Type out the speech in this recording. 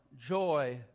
joy